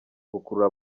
gukurura